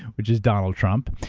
which is donald trump.